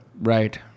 Right